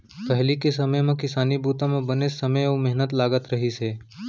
पहिली के समे म किसानी बूता म बनेच समे अउ मेहनत लागत रहिस हे